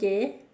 okay